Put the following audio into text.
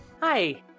Hi